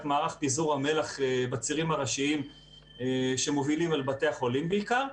את מערך פיזור המלח בצירים הראשיים שמובילים אל בתי החולים בעיקר.